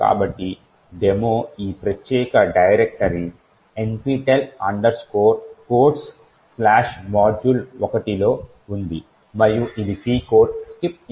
కాబట్టి డెమో ఈ ప్రత్యేక డైరెక్టరీ nptel codes module1 లో ఉంది మరియు ఇది ఈ C కోడ్ skipinstruction